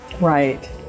Right